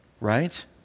Right